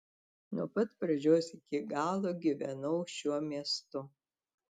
nuo pat pradžios iki galo gyvenau šiuo miestu